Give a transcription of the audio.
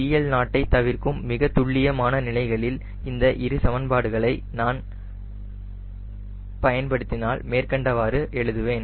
CL0 தவிர்க்கும் மிகத்துல்லியமான நிலைகளில் இந்த இரு சமன்பாடுகளை நான் பயன்படுத்தினால் மேற்கண்டவாறு எழுதுவேன்